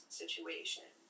situation